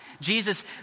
Jesus